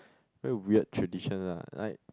very weird tradition lah like